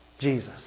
Jesus